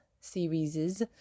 series